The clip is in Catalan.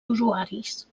usuaris